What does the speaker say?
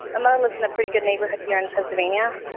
mom lives in a pretty good neighborhood here in pennsylvania.